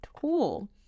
tool